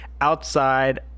outside